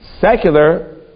secular